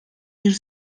bir